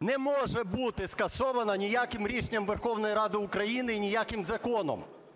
не може бути скасована ніяким рішенням Верховної Ради України і ніяким законом.